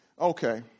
Okay